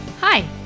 Hi